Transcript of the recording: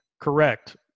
Correct